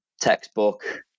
Textbook